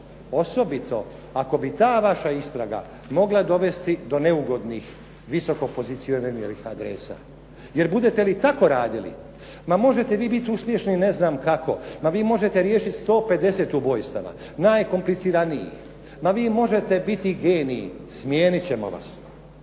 osobito ako bi ta vaša istraga mogla dovesti do neugodnih visokopozicioniranih adresa. Jer budete li tako radili, ma možete vi biti uspješni ne znam kako, ma vi možete riješiti 150 ubojstava najkompliciranijih, ma vi možete biti geniji, smijeniti ćemo vas,